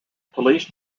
police